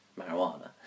marijuana